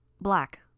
Black